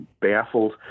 baffled